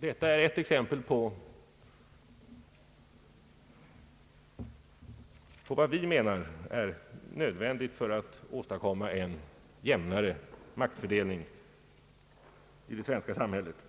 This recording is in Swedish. Detta är ett exempel på en metod med vilken vi förverkligar en jämnare maktfördelning i det svenska samhället.